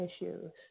issues